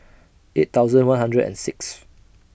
eight thousand one hundred and six